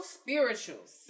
Spirituals